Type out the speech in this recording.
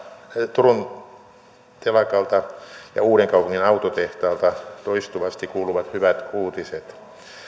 turun telakalta ja uudenkaupungin autotehtaalta toistuvasti kuuluvat hyvät uutiset